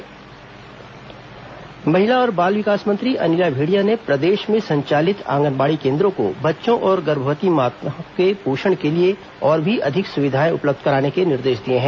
आंगनबाड़ी सुविधा महिला और बाल विकास मंत्री अनिला भेंड़िया ने प्रदेश में संचालित आंगनबाड़ी केंद्रों को बच्चों और गर्भवती महिलाओं के पोषण के लिए और भी अधिक सुविधाएं उपलब्ध कराने के निर्देश दिए हैं